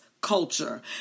culture